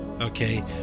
Okay